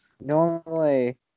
normally